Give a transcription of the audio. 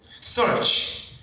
Search